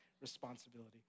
responsibility